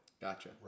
Gotcha